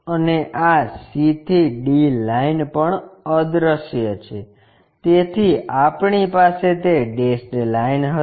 અને આ c થી d લાઇન પણ અદ્રશ્ય છે તેથી આપણી પાસે તે ડેશડ લાઇન હશે